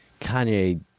Kanye